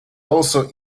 also